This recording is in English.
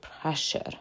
pressure